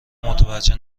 متوجه